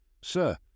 Sir